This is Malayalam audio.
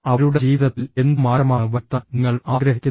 അവരുടെ ജീവിതത്തിൽ എന്ത് മാറ്റമാണ് വരുത്താൻ നിങ്ങൾ ആഗ്രഹിക്കുന്നത്